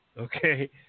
okay